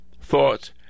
thoughts